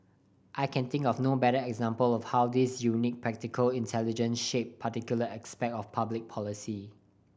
I can think of no better example of how his unique practical intelligence shaped particular aspect of public policy